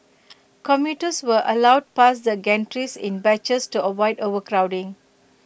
commuters were allowed past the gantries in batches to avoid overcrowding